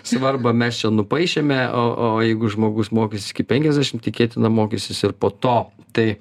svarbą mes čia nupaišėme o o jeigu žmogus mokysis iki penkiasdešim tikėtina mokysis ir po to tai